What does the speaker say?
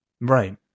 Right